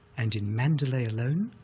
and in mandalay alone